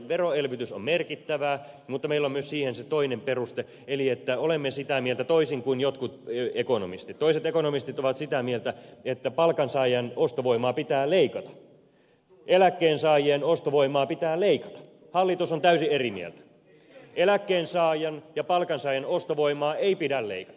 veroelvytys on merkittävää mutta meillä on siihen myös se toinen peruste eli että olemme sitä mieltä toisin kuin jotkut ekonomistit jotka ovat sitä mieltä että palkansaajan ostovoimaa pitää leikata eläkkeensaajien ostovoimaa pitää leikata hallitus on täysin eri mieltä eläkkeensaajan ja palkansaajan ostovoimaa ei pidä leikata